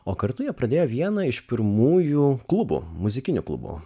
o kartu jie pradėjo vieną iš pirmųjų klubo muzikinių klubų